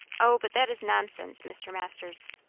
o, but that is nonsense, mr. masters!